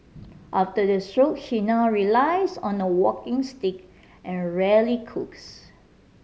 after the stroke she now relies on a walking stick and rarely cooks